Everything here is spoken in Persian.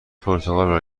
پرتغال